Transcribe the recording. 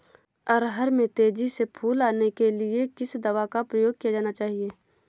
अरहर में तेजी से फूल आने के लिए किस दवा का प्रयोग किया जाना चाहिए?